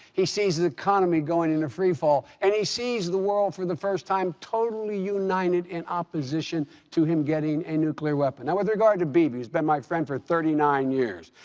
he sees the economy going into free fall, and he sees the world for the first time totally united in opposition to him getting a nuclear weapon. now, with regard to bibi, he's been my friend for thirty nine years.